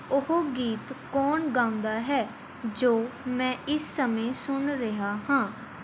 ਉਹ ਗੀਤ ਕੋਣ ਗਾਉਂਦਾ ਹੈ ਜੋ ਮੈਂ ਇਸ ਸਮੇਂ ਸੁਣ ਰਿਹਾ ਹਾਂ